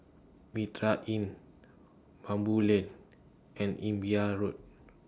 Mitraa Inn Baboo Lane and Imbiah Road